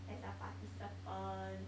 as a participant